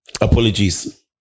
Apologies